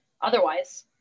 Otherwise